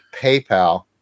PayPal